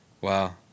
wow